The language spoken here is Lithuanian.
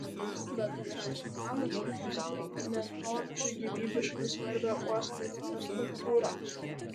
bendrasis planas leistų plėtoti gyvybiškai svarbią uosto infrastruktūrą